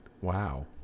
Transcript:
Wow